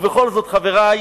ובכל זאת, חברי,